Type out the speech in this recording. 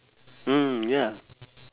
mm ya